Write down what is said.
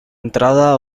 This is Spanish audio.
entrada